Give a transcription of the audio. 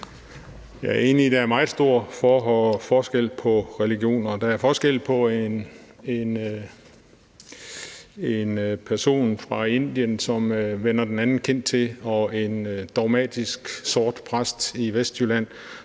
der er meget stor forskel på religioner. Der er forskel på en person fra Indien, som vender den anden kind til, og en dogmatisk, sort præst i Vestjylland,